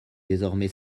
désormais